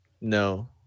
No